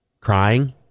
Crying